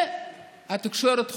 והתקשורת חוגגת: